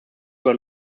were